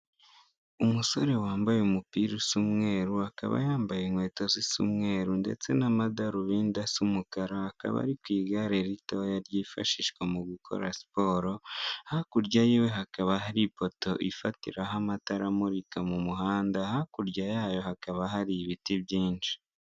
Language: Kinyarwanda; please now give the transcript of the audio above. Umusore wambaye umupira usa umweru, akaba yambaye inkweto zisa umweru ndetse n'amadarubindi asa umukara, akaba ari ku igare ritoya ryifashishwa mu gukora siporo, hakurya y'iwe hakaba hari ipoto ifatiraho amatara amurika mu muhanda, hakurya yayo hakaba hari ibiti byinshi.